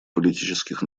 политических